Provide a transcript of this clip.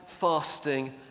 fasting